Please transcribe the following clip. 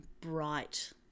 bright